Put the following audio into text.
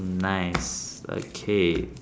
nice okay